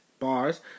Bars